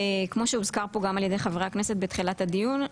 וכמו שהוזכר פה גם על ידי חברי הכנסת בתחילת הדיון,